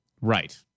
Right